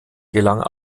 gelang